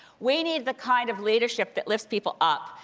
we need the kind of leadership that lifts people up,